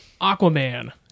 Aquaman